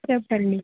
చెప్పండి